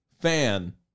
fan